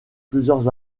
plusieurs